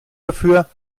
dafür